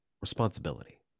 responsibility